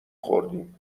خوردیم